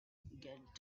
get